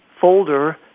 folder